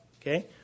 Okay